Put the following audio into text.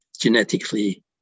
genetically